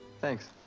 thanks